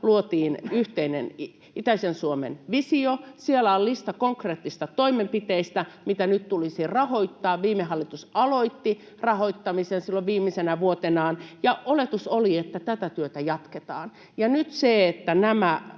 luotiin yhteinen itäisen Suomen visio. Siellä on lista konkreettisista toimenpiteistä, mitä nyt tulisi rahoittaa. Viime hallitus aloitti rahoittamisen silloin viimeisenä vuotenaan, ja oletus oli, että tätä työtä jatketaan. Ja nyt se, että nämä